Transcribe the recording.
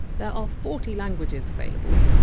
there are forty languages available,